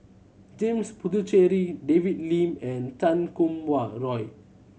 James Puthucheary David Lim and Chan Kum Wah Roy